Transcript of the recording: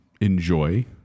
enjoy